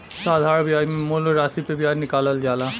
साधारण बियाज मे मूल रासी पे बियाज निकालल जाला